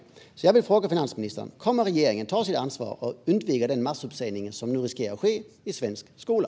Jag vill därför fråga finansministern om regeringen kommer att ta sitt ansvar för att förhindra den massuppsägning som nu riskerar att ske inom svensk skola.